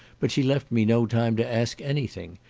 but she left me no time to ask any thing,